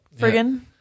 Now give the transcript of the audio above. Friggin